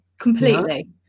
Completely